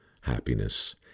happiness